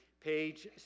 page